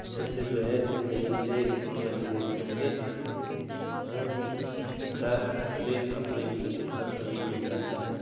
अच्छे से जो है यहीं से ऑनलाइन देख करके और सुविधा से अपने ही घर पर ही मिल जाता है